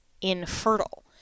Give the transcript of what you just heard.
infertile